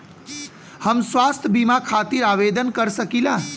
हम स्वास्थ्य बीमा खातिर आवेदन कर सकीला?